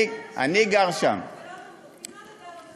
אם לא נדע, לא נמות.